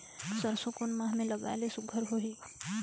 सरसो कोन माह मे लगाय ले सुघ्घर होही?